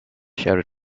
shouted